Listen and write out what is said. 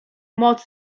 moc